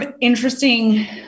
interesting